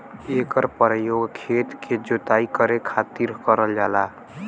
एकर परयोग खेत क जोताई करे खातिर करल जाला